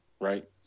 Right